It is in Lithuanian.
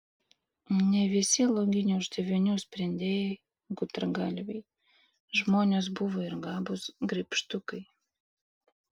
ne visi loginių uždavinių sprendėjai gudragalviai žmonės buvo ir gabūs graibštukai